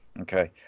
Okay